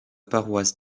paroisse